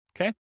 Okay